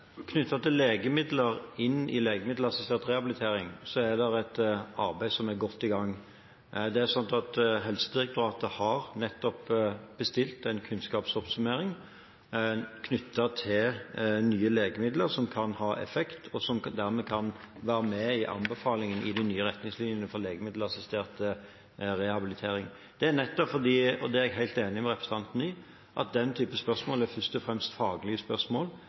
legemidler inn i legemiddelassistert rehabilitering, er det et arbeid som er godt i gang. Helsedirektoratet har nettopp bestilt en kunnskapsoppsummering knyttet til nye legemidler som kan ha effekt, og som dermed kan være med i anbefalingen i de nye retningslinjene for legemiddelassistert rehabilitering. Jeg er helt enig med representanten i at den type spørsmål først og fremst er faglige spørsmål,